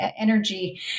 energy